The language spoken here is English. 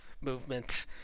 movement